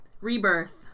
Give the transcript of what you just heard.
rebirth